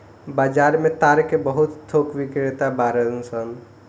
बाजार में ताड़ के बहुत थोक बिक्रेता बाड़न सन